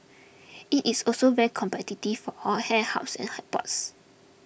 it is also very competitive for all hair hubs and airports